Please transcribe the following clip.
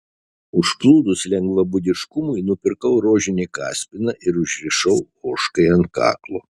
užplūdus lengvabūdiškumui nupirkau rožinį kaspiną ir užrišau ožkai ant kaklo